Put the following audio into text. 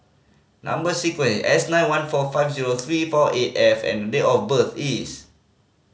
number sequence S nine one four five zero three four eight F and date of birth is